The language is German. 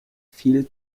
viel